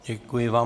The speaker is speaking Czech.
Děkuji vám.